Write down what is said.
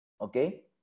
okay